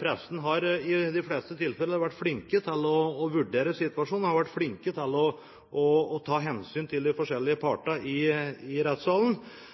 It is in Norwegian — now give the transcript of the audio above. Pressen har i de fleste tilfeller vært flink til å vurdere situasjonen og vært flink til å ta hensyn til de forskjellige partene i rettssalen, men det hadde vært greit, som jeg også skriver i